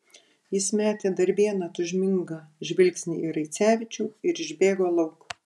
jis metė dar vieną tūžmingą žvilgsnį į raicevičių ir išbėgo lauk